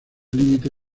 límite